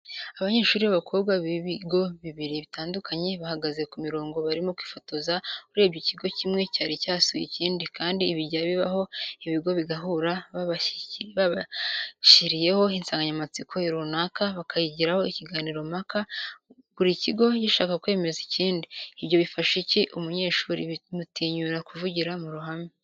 Abanyeshuri babakobwa bibigo bibiri bitandukanye bahagaze kumirongo barimo kwifotoza urebye ikigo kimwe cyari cyasuye ikindi kandi bijya bibaho ibigo bigahura babashyiriyeho insanganya matsiko runaka bakayigiraho ikiganiro mpaka buri kigo gishaka kwemeza ikindi. ibyo bifasha iki umunyeshuri bimutinyura kuvugira muruhame.